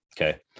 okay